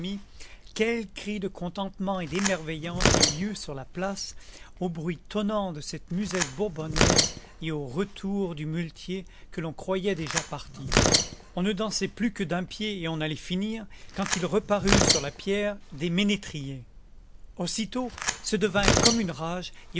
quels cris de contentement et d'émerveillance il y eut sur la place au bruit tonnant de cette musette bourbonnaise et au retour du muletier que l'on croyait déjà parti on ne dansait plus que d'un pied et on allait finir quand il reparut sur la pierre des ménétriers aussitôt ce devint comme une rage